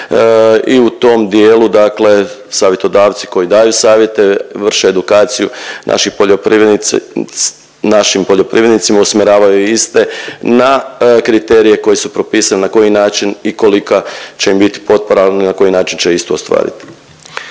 i u tom dijelu savjetodavci koji daju savjete vrše edukaciju našim poljoprivrednicima, usmjeravaju iste na kriterije koji su propisani na koji način i kolika će im bit potpora, al i na koji način će istu ostvarit.